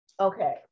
Okay